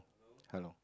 hello